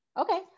okay